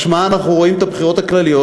משמע שאנחנו רואים את הבחירות הכלליות